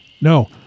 No